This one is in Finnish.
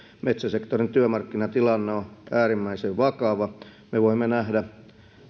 metsäsektorin työmarkkinatilanne on äärimmäisen vakava me voimme nähdä